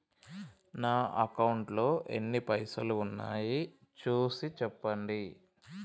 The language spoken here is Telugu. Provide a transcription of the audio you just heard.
నా అకౌంట్లో ఎన్ని పైసలు ఉన్నాయి చూసి చెప్పండి?